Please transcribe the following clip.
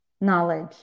Knowledge